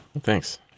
thanks